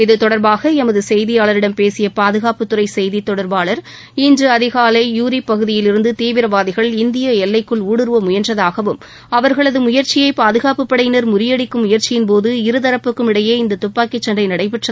இத்தொடர்பாக எமது செய்தியாளரிடம் பேசிய பாதுகாப்புத்துறை செய்தித்தொடர்பாளர் இன்று அதிகாலை யூரி பகுதியில் இருந்து தீவிரவாதிகள் இந்திய எல்லைக்குள் ஊடுருவ முயன்றதாகவும் அவா்களது முயற்சியை பாதுகாப்புப் படையினர் முறியடிக்கும் முயற்சியின்போது இருதரப்புக்கும் இடையே இந்த துப்பாக்கிச் சண்ட நடைபெற்றதாகத் தெரிவித்தார்